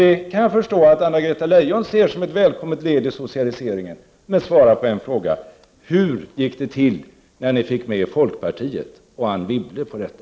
Jag kan förstå att Anna-Greta Leijon ser detta som ett välkommet led i socialiseringen. Men svara då, Anna-Greta Leijon, på frågan: Hur gick det till när socialdemokraterna fick med folkpartiet och Anne Wibble på detta?